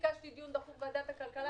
מבקש ממך לבדוק עוד פעם,